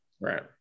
right